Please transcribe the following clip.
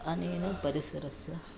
अनेन परिसरस्य